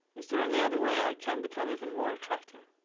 is there any other way i can become even more attractive?